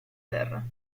terra